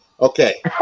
Okay